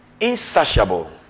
insatiable